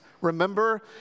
Remember